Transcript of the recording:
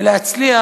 ולהצליח,